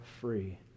free